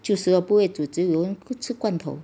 就是 lor 不会煮只有能吃罐头